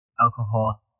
alcohol